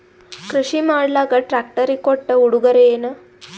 ಕೃಷಿ ಮಾಡಲಾಕ ಟ್ರಾಕ್ಟರಿ ಕೊಟ್ಟ ಉಡುಗೊರೆಯೇನ?